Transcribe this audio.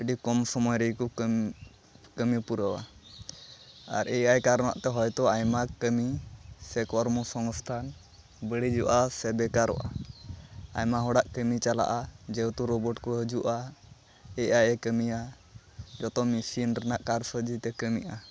ᱟᱹᱰᱤ ᱠᱚᱢ ᱥᱚᱢᱚᱭ ᱨᱮᱜᱮᱠᱚ ᱠᱟᱹᱢᱤ ᱯᱩᱨᱟᱹᱣᱟ ᱟᱨ ᱮ ᱟᱭ ᱠᱟᱨᱚᱱᱟᱜᱛᱮ ᱦᱚᱭᱛᱳ ᱟᱭᱢᱟ ᱠᱟᱹᱢᱤ ᱥᱮ ᱠᱚᱨᱢᱚᱼᱥᱚᱝᱥᱛᱟᱱ ᱵᱟᱹᱲᱤᱡᱚᱜᱼᱟ ᱥᱮ ᱵᱮᱠᱟᱨᱚᱜᱼᱟ ᱟᱭᱢᱟ ᱦᱚᱲᱟᱜ ᱠᱟᱹᱢᱤ ᱪᱟᱞᱟᱜᱼᱟ ᱡᱮᱦᱮᱛᱩ ᱨᱳᱵᱚᱴᱠᱚ ᱦᱤᱡᱩᱜᱼᱟ ᱮ ᱟᱭᱼᱮ ᱠᱟᱹᱢᱤᱭᱟ ᱡᱚᱛᱚ ᱢᱮᱥᱤᱱ ᱨᱮᱱᱟᱜ ᱠᱟᱨᱥᱟᱡᱤᱛᱮ ᱠᱟᱹᱢᱤᱜᱼᱟ